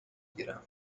گیرم